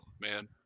man